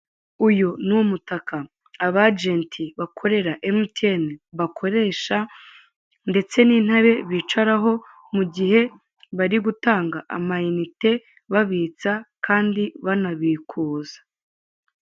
Uyu ni umutaka ab'ajenti bakorera emutiyeni bakoresha ndetse n'intebe bicaraho mu gihe bari gutanga amayinite babitsa kandi banabikuza.